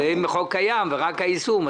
הרי אם החוק קיים ומדובר רק היישום,